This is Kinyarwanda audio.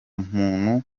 muntu